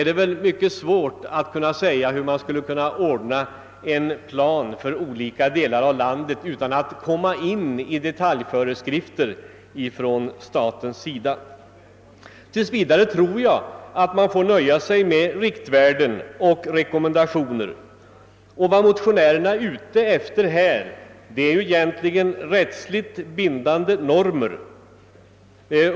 Det är svårt att se hur man skulle kunna upprätta en plan för skilda delar av landet utan att staten utfärdar detaljerade föreskrifter. Jag tror att man tills vidare får nöja sig med att ange riktvärden och rekommendationer, men vad motionärerna är ute efter är rättsligt bindande normer.